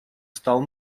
стал